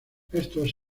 estos